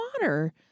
water